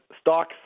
stocks